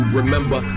remember